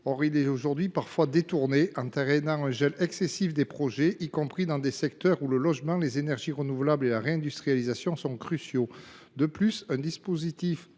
Or il est aujourd’hui parfois détourné, ce qui entraîne un gel excessif des projets, y compris dans des secteurs où les enjeux du logement, des énergies renouvelables et de la réindustrialisation sont cruciaux. De plus, un dispositif